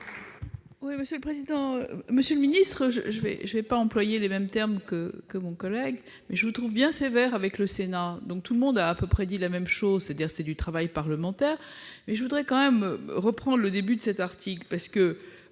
Monsieur le ministre, je ne vais pas employer les mêmes termes que mon collègue, mais je vous trouve bien sévère envers le Sénat. Tout le monde a dit à peu près la même chose, c'est-à-dire que cela relève du travail parlementaire. Je vous renvoie au début de cet article. Personne